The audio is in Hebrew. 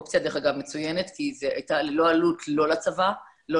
אופציה דרך אגב מצוינת כי היא הייתה ללא עלות לצבא ולא